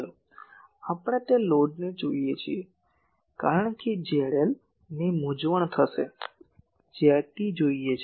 ચાલો આપણે તેને લોડ કહીએ કારણ કે ZL ને મૂંઝવણ થશે ZT કહીએ